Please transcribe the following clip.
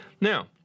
Now